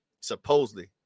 supposedly